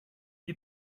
you